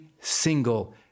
single